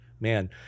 man